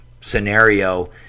scenario